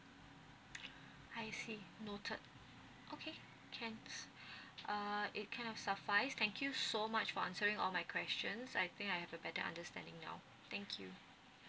I see noted okay can uh it kind of satisfy thank you so much for answering all my questions I think I have a better understanding now thank you